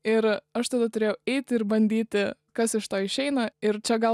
ir aš tada turėjau eiti ir bandyti kas iš to išeina ir čia gal